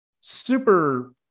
super